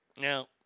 Now